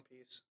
Piece